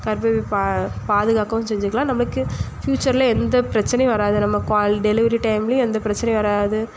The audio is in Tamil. கர்பப்பை பா பாதுக்காக்கவும் செஞ்சுக்கலாம் நம்மக்கு ஃப்யூச்சரில் எந்த பிரச்சனையும் வராது நம்ம கொ அது டெலிவரி டைம்லையும் எந்த பிரச்சனையும் வராது